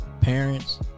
Parents